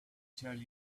tell